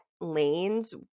lanes